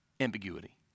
ambiguity